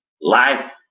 Life